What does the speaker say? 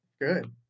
Good